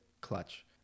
clutch